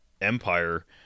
Empire